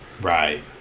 Right